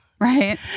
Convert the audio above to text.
Right